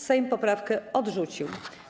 Sejm poprawkę odrzucił.